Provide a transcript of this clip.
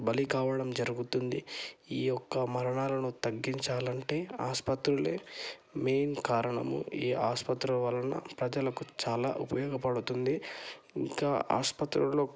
బలి కావడం జరుగుతుంది ఈ యొక్క మరణాలను తగ్గించాలంటే ఆసుపత్రులే మెయిన్ కారణము ఈ ఆసుపత్రి వలన ప్రజలకు చాలా ఉపయోగపడుతుంది ఇంకా ఆసుపత్రిలో